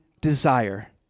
desire